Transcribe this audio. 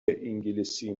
انگلیسی